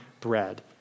bread